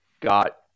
got